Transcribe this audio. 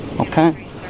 Okay